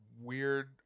weird